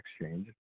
exchange